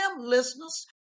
listeners